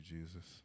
Jesus